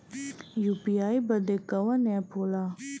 UPI बदे कवन app होला?